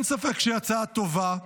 ואין ספק שהיא הצעה טובה.